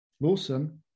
Lawson